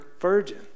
virgin